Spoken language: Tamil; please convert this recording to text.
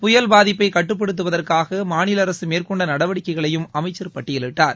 புயல் பாதிப்பை கட்டுப்படுத்துவதற்காக மாநில அரசு மேற்கொண்ட நடவடிக்கைகளையும் அமைச்சர் பட்டியலிடடார்